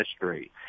history